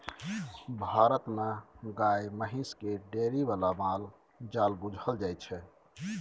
भारत मे गाए महिष केँ डेयरी बला माल जाल बुझल जाइ छै